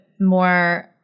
more